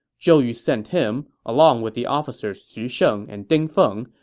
zhou yu sent him, along with the officers xu sheng and ding feng,